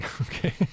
Okay